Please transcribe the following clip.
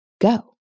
go